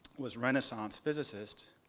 was renaissance physicist.